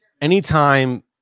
anytime